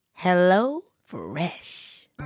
HelloFresh